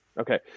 Okay